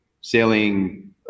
sailing